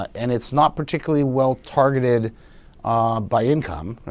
and it's not particularly well targeted ah by income, and